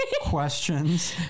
questions